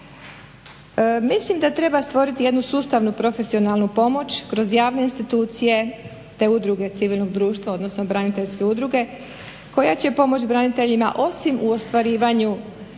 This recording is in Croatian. Mislim da treba stvoriti jednu sustavnu, profesionalnu pomoć kroz javne institucije te udruge civilnog društva, odnosno braniteljske udruge koja će pomoć braniteljima osim u ostvarivanju